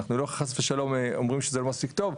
אנחנו לא חס ושלום אומרים שזה לא מספיק טוב,